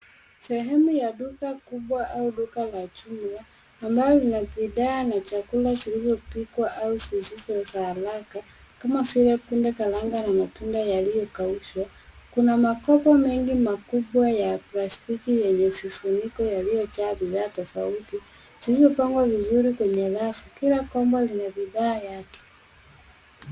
Sehemu ya duka kubwa au duka la jumla ambalo lina bidhaa na chakula zilizopikwa au zisizo za haraka kama vile kunde karanga na matunda yaliyokaushwa. Kuna makoko mengi makubwa ya plastiki yenye vifuniko yaliyojaa bidhaa tofauti, zilizopangwa vizuri kwenye rafu kila kombo lenye bidhaa yake.